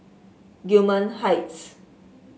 Gillman Heights